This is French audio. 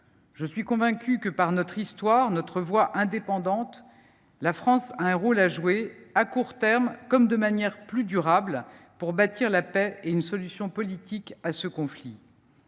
je suis convaincue que, par son histoire et sa voix indépendante, la France a un rôle à jouer, à court terme comme de manière plus durable, pour bâtir la paix et trouver une solution politique à ce conflit.